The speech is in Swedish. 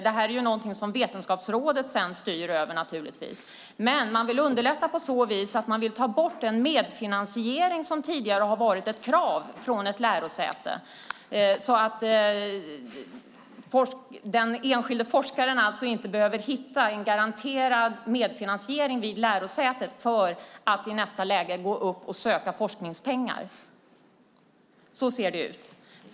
Det här är någonting som Vetenskapsrådet sedan styr över. Man vill underlätta på så vis att man vill ta bort den medfinansiering från ett lärosäte som tidigare har varit ett krav. Den enskilda forskaren behöver alltså inte hitta en garanterad medfinansiering vid lärosätet för att i nästa läge söka forskningspengar. Så ser det ut.